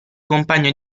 compagno